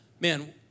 man